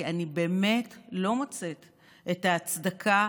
כי אני באמת לא מוצאת את ההצדקה,